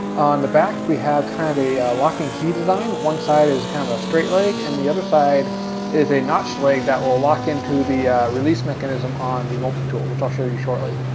on the back, we have kind of a lock-and-key design. one side is kind of a straight leg and the other side is a notched leg that will lock into the release mechanism on the multi-tool which i'll show you shortly.